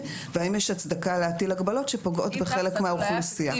והאם יש הצדקה להטיל הגבלות שפוגעות בחלק מהאוכלוסייה,